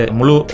Mulu